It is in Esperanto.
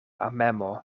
amemo